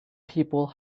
people